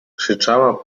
krzyczała